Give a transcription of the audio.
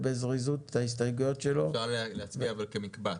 אפשר להצביע כמקבץ.